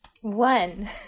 One